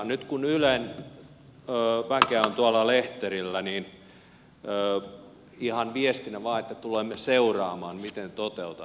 nyt kun ylen väkeä on tuolla lehterillä niin ihan viestinä vain että tulemme seuraamaan miten toteutatte näitä vaatimuksia